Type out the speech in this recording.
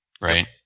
right